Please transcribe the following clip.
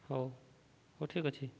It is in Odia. ହଉ ହଉ ଠିକ୍ ଅଛି